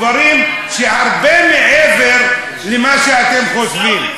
אלה דברים שהם הרבה מעבר למה שאתם חושבים.